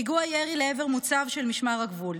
פיגוע ירי לעבר מוצב של משמר הגבול,